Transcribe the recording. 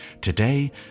Today